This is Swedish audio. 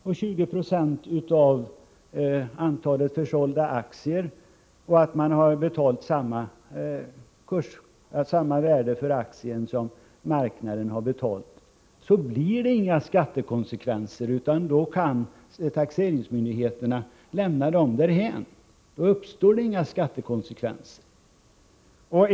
och 20 96 av antalet försålda aktier och dessutom har betalat samma kurs för aktien som marknaden har betalat så blir det inga skattekonsekvenser utan taxeringsmyndigheterna kan lämna dessa transaktioner därhän.